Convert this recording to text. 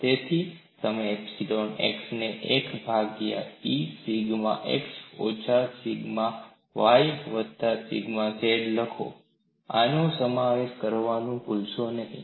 તેથી તમે epsilon x ને 1 ભાગ્યા E સિગ્મા x ઓછા સિગ્મા y વત્તા સિગ્મા z લખો આનો સમાવેશ કરવાનું ભૂલશો નહીં